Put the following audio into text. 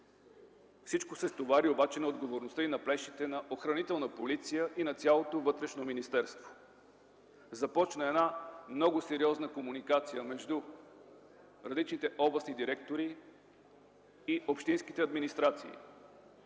Всичко се стовари обаче на отговорността и плещите на Охранителна полиция и на цялото Вътрешно министерство. Започна много сериозна комуникация между различните областни директори и общинските администрации.